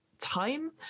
time